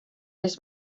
les